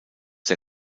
der